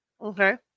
Okay